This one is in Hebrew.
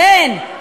כן,